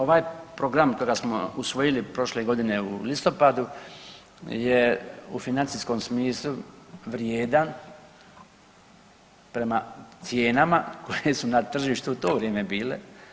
Ovaj program kojega smo usvojili prošle godine u listopadu je u financijskom smislu vrijedan prema cijenama koje su na tržištu u to vrijeme bile.